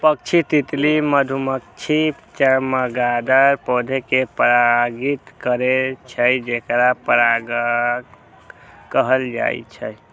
पक्षी, तितली, मधुमाछी, चमगादड़ पौधा कें परागित करै छै, जेकरा परागणक कहल जाइ छै